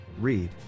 Read